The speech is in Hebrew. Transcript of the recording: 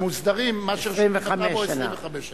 ומוסדרים, מה שרשום בטאבו, 25 שנה.